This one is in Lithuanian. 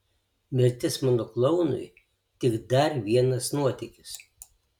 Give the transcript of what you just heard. mirtis mano klounui tik dar vienas nuotykis